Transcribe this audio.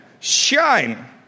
Shine